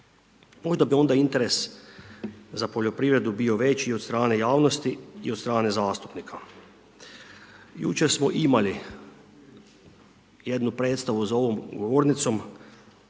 Možda bi interes za poljoprivredu bio veći i od strane javnosti i od strane zastupnika. Jučer smo imali jednu predstavu za ovom govornicom,